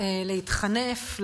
להתחנף,